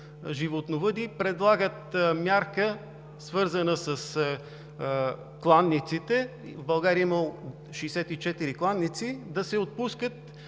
земеделието предлагат мярка, свързана с кланиците, в България има 64 кланици, да се отпускат